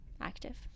active